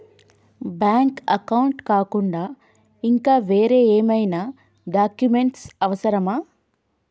Bank account కాకుండా ఇంకా వేరే ఏమైనా డాక్యుమెంట్స్ అవసరమా?